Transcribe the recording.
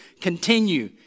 Continue